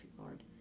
Lord